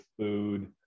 food